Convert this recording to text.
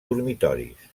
dormitoris